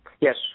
Yes